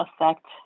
affect